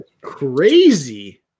crazy